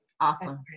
Awesome